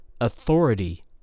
authority